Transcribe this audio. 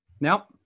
Now